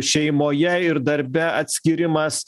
šeimoje ir darbe atskyrimas